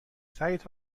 سعید